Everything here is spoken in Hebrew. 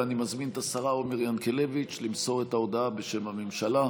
אני מזמין את השרה עומר ינקלביץ' למסור את ההודעה בשם הממשלה,